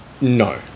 No